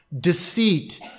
Deceit